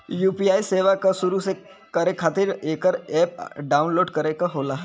UPI सेवा क शुरू करे खातिर एकर अप्प डाउनलोड करे क होला